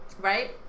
Right